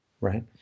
Right